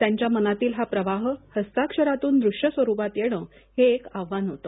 त्यांच्या मनातील हा प्रवाह हस्ताक्षरातून दृश्य स्वरुपात येण हे एक आव्हान होत